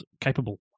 capable